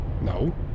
No